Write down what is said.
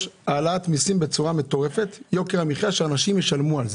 העלאת מיסים בצורה מטורפת ויוקר המחיה יעלה ואנשים ישלמו על זה.